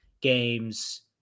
games